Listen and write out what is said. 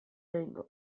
egingo